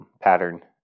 pattern